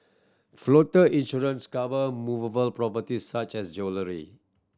floater insurance cover movable properties such as jewellery